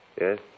Yes